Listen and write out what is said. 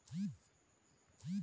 एकरा बुलिश जगह राखब कहल जायछे